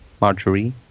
Marjorie